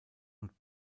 und